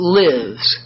lives